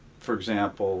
for example